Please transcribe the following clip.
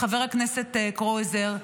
לחבר הכנסת קרויזר,